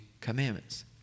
commandments